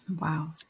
Wow